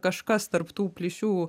kažkas tarp tų plyšių